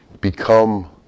Become